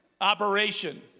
operation